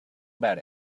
about